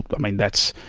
but mean, that's,